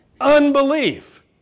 unbelief